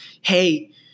hey